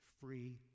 free